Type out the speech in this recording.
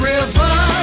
River